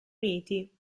uniti